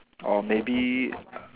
or maybe